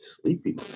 sleepy